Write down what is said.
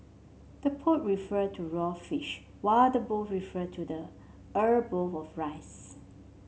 the poke refer to raw fish while the bowl refer to the er bowl of rice